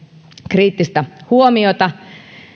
kriittistä huomiota